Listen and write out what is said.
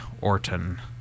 Orton